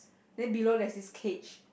then below there's this cage